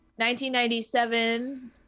1997